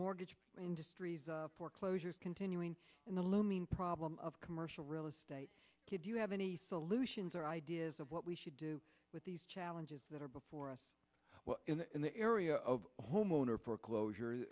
mortgage industry foreclosures continuing in the looming problem of commercial real estate did you have any solutions or ideas of what we should do with these challenges that are before us in the area of homeowner foreclosure